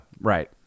Right